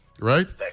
right